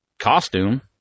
costume